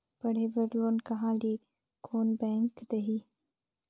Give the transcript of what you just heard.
पढ़े बर लोन कहा ली? कोन बैंक देही?